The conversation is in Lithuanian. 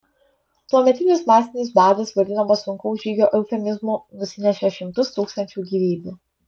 tuometinis masinis badas vadinamas sunkaus žygio eufemizmu nusinešė šimtus tūkstančių gyvybių